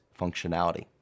functionality